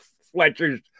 Fletcher's